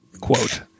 Quote